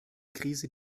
krise